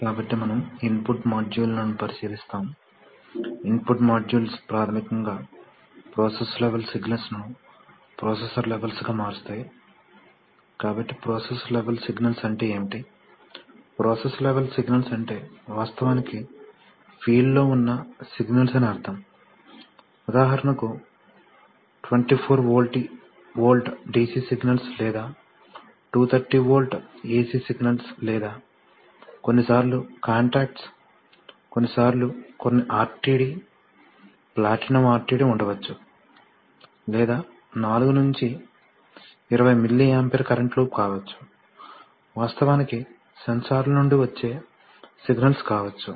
కాబట్టి మనము ఇన్పుట్ మాడ్యూళ్ళను పరిశీలిస్తాము ఇన్పుట్ మాడ్యూల్స్ ప్రాథమికంగా ప్రోసెస్ లెవల్ సిగ్నల్స్ ను ప్రోసెసర్ లెవెల్స్ గా మారుస్తాయి కాబట్టి ప్రోసెస్ లెవల్ సిగ్నల్స్ అంటే ఏమిటి ప్రోసెస్ లెవల్ సిగ్నల్స్ అంటే వాస్తవానికి ఫీల్డ్ లో ఉన్న సిగ్నల్స్ అని అర్ధం ఉదాహరణకు 24 వోల్ట్ డిసి సిగ్నల్స్ లేదా 230 వోల్ట్ ఎసి సిగ్నల్స్ లేదా కొన్నిసార్లు కాంటాక్ట్స్ కొన్నిసార్లు కొన్ని ఆర్టిడి ప్లాటినం ఆర్టిడి ఉండవచ్చు లేదా 4 నుండి 20 మిల్లీ ఆంపియర్ కరెంట్ లూప్ కావచ్చు వాస్తవానికి సెన్సార్ల నుండి వచ్చే సిగ్నల్స్ కావచ్చు